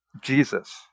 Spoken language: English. Jesus